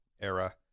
era